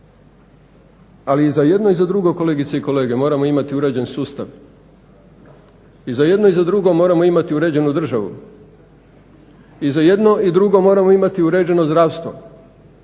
Ali i za jedno i za drugo kolegice i kolege moramo imati urađen sustav i za jedno i za drugo moramo imati uređenu državu i za jedno i za drugo moramo imati uređeno zdravstvo,